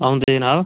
औंदे जनाब